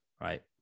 right